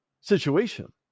situation